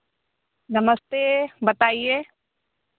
नमस्ते बताइए